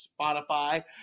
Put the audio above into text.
Spotify